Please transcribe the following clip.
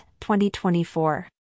2024